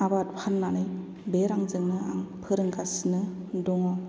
आबाद फान्नानै बे रांजोंनो आं फोरोंगासिनो दङ